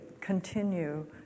continue